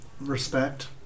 respect